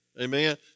Amen